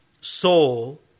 soul